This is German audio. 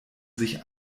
sich